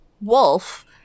wolf